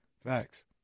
facts